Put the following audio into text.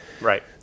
Right